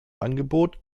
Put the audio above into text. angebot